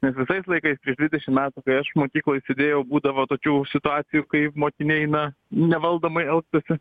nes visais laikais prieš dvidešim metų kai aš mokykloj sėdėjau būdavo tokių situacijų kai mokiniai eina nevaldomai elgtųsi